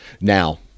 Now